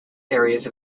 areas